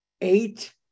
eight